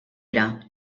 era